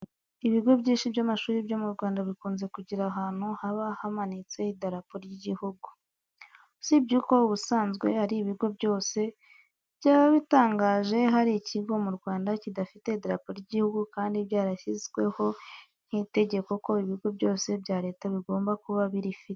Ibigo byinshi by'amashuri byo mu Rwanda bikunze kugira ahantu haba hamanitse idarapo ry'igihugu. Usibye ko ubusanzwe ari ibigo byose, byaba bitangaje hari ikigo mu Rwanda kidafite idarapo rw'igihugu kandi byarashyizweho nk'itegeko ko ibigo byose bya leta bigomba kuba birifite.